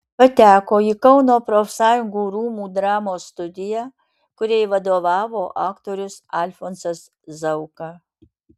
pateko į kauno profsąjungų rūmų dramos studiją kuriai vadovavo aktorius alfonsas zauka